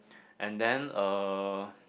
and then uh